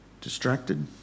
distracted